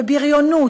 בבריונות,